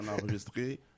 enregistré